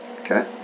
Okay